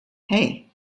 hey